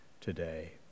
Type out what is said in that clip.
today